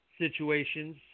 situations